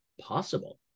possible